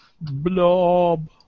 Blob